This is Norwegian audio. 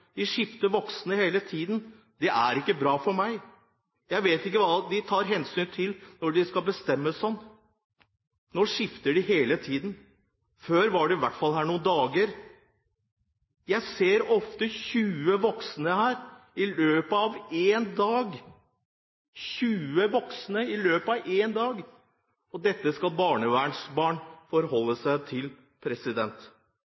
de skifter voksne hele tiden, er ikke bra for meg. Jeg vet ikke hva de tar hensyn til når de bestemmer det sånn. Nå skifter de hele tiden. Før var de i hvert fall her noen dager. Jeg ser ofte 20 voksne her i løpet av én dag. 20 voksne i løpet av en dag! Og dette skal barnevernsbarn